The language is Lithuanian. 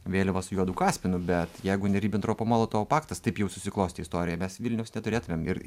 vėliava su juodu kaspinu bet jeigu ne ribentropo molotovo paktas taip jau susiklostė istorija mes vilniaus neturėtumėm ir